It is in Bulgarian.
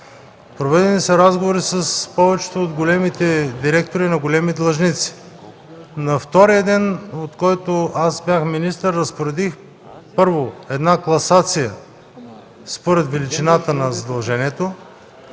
Проведени са разговори с повечето директори на големи длъжници. На втория ден, от който аз бях министър, разпоредих една класация според величината на задължението